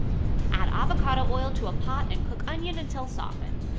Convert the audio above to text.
add avocado oil to a pot and cook onion until softened.